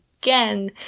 Again